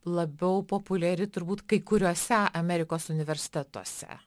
labiau populiari turbūt kai kuriuose amerikos universitetuose